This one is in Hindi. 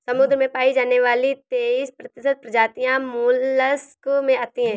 समुद्र में पाई जाने वाली तेइस प्रतिशत प्रजातियां मोलस्क में आती है